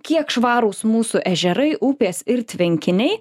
kiek švarūs mūsų ežerai upės ir tvenkiniai